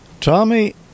Tommy